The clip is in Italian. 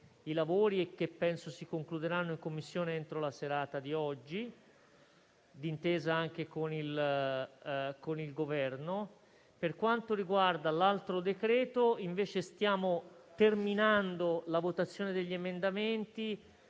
i lavori, che penso si concluderanno in Commissione entro la serata di oggi, d'intesa anche con il Governo. Per quanto riguarda l'altro decreto-legge, invece, stiamo terminando la votazione degli emendamenti